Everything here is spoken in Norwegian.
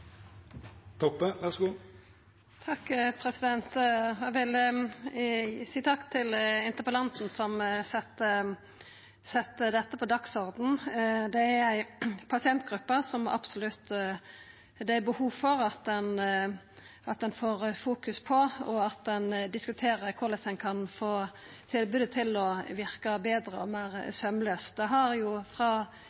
til interpellanten, som set dette på dagsordenen. Det er ei pasientgruppe som det absolutt er behov for at ein fokuserer på, og at ein diskuterer korleis ein kan få tilbodet til å verka betre og meir